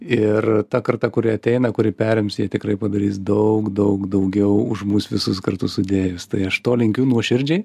ir ta karta kuri ateina kuri perims jie tikrai padarys daug daug daugiau už mus visus kartu sudėjus tai aš to linkiu nuoširdžiai